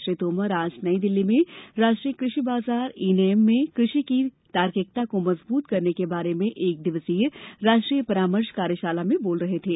श्री तोमर आज नई दिल्ली में राष्ट्रीय कृषि बाजार ई नैम में कृषि की तार्किकता को मजबूत करने के बारे में एक दिवसीय राष्ट्रीय परामर्श कार्यशाला में बोल रहे थे